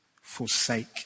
forsake